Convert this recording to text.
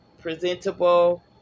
presentable